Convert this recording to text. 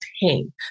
pain